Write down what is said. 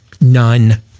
None